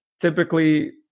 typically